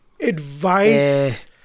advice